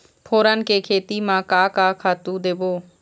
फोरन के खेती म का का खातू देबो?